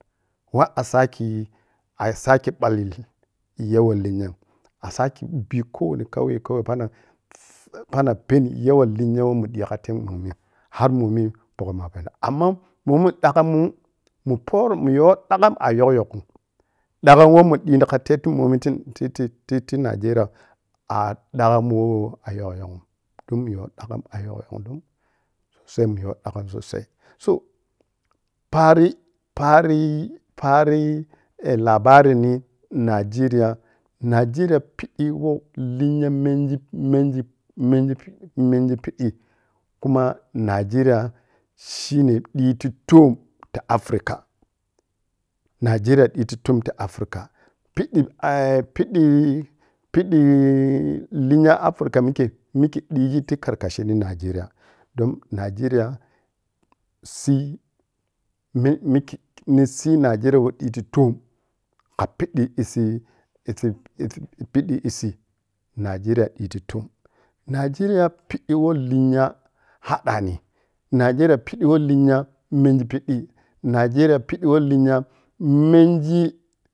Wa a saki, ayi sakhi ball yawa linya a saki bi kho woni kyanyi kauyen panani peni yaman linya mu ɓikhatei momi har momi pukkham muna peno amma muyo dagham a yog-yoghu dagham we mun ɓighi khate ti momi ti, ti, ti nijeriya a da gham weh a yong-yoghun dun mun yo dagham a yog-yoghm don mu sosai mun yo dagham sosai soh pari, pari. pari eh labarini nigeria, nijeriya piɓɓi woh linya mengi, mengi mengi pi mengi piɓɓi khuma nigeria shine ɓiti dom ti africa nijeriya ɓiti dom ti africa piɓɓi eh piɓɓi piɓɓi linya africa mikhe, mikhe ɓighi ti kan kashin ni nijeriya don nijeriya sai weh weh nisi nigeria weh ɓiti tom kha piɓɓi isi nigeria ɓiti tom nigeria piɓɓi woh linya hadami nigeria piɓɓi woh linya mengi piɓɓii, nigeria piɓɓi woh linya menghi